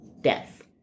death